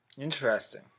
Interesting